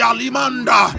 Alimanda